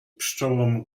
pszczołom